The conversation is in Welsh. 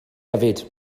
hefyd